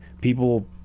people